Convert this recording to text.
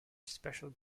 special